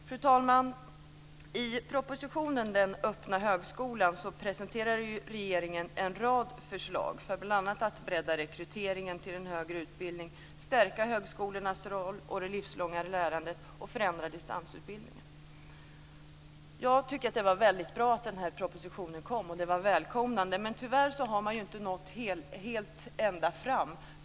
Fru talman! I propositionen Den öppna högskolan presenterade regeringen en rad förslag för att bredda rekryteringen till den högre utbildningen, stärka högskolornas roll i ett livslångt lärande och förändra distansutbildningen. Jag tycker att det var väldigt bra att propositionen kom. Den var välkommen. Tyvärr har man inte nått ända fram.